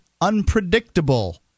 unpredictable